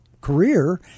career